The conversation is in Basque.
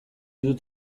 dut